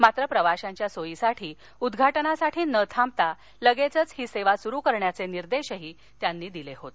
मात्र प्रवाशांच्या सोईसाठी उद्घाटनासाठी न थांबता लगेच ही सेवा सुरू करण्याचे निर्देश त्यांनी दिले होते